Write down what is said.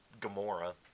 Gamora